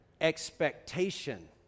expectation